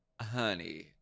honey